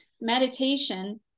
meditation